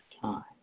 time